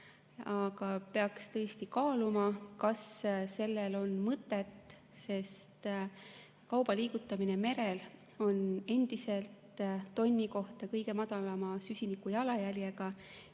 peaks tõesti kaaluma, kas sellel on mõtet, sest kauba liigutamine merel on endiselt tonni kohta kõige madalama süsinikujalajäljega.